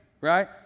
right